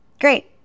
Great